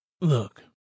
Look